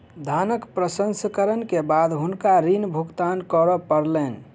धानक प्रसंस्करण के बाद हुनका ऋण भुगतान करअ पड़लैन